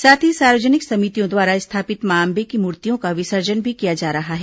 साथ ही सार्वजनिक समितियों द्वारा स्थापित मां अम्बे की मूर्तियों का विसर्जन भी किया जा रहा है